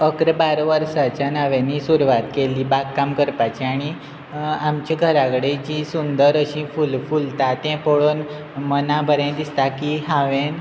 अकरा बारा वर्साच्यान हांवें न्ही सुरवात केल्ली बाग काम करपाचें आनी आमच्या घरा कडेन जी सुंदर अशी फूल फुलता तें पळोवन मना बरें दिसता की हांवें